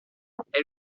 compte